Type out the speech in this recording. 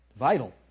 vital